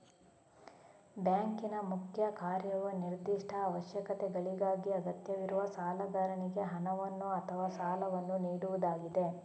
ಬ್ಯಾಂಕಿನ ಮುಖ್ಯ ಕಾರ್ಯವು ನಿರ್ದಿಷ್ಟ ಅವಶ್ಯಕತೆಗಳಿಗಾಗಿ ಅಗತ್ಯವಿರುವ ಸಾಲಗಾರನಿಗೆ ಹಣವನ್ನು ಅಥವಾ ಸಾಲವನ್ನು ನೀಡುವುದಾಗಿದೆ